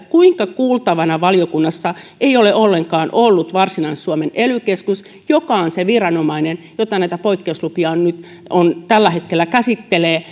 kuinka valiokunnassa ei ole ollenkaan ollut kuultavana varsinais suomen ely keskus joka on se viranomainen joka näitä poikkeuslupia tällä hetkellä käsittelee